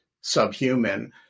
subhuman